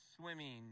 Swimming